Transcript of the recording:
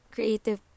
Creative